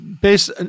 based